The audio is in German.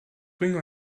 bringe